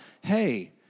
hey